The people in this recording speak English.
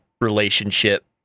relationship